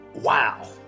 wow